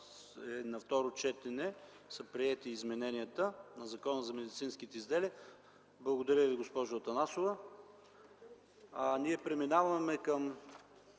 на второ четене са приети измененията на Закона за медицинските изделия. Благодаря Ви, госпожо Атанасова. Преминаваме към: